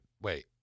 wait